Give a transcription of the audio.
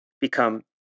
become